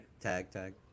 Tag-tag